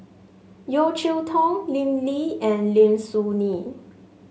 Yeo Cheow Tong Lim Lee and Lim Soo Ngee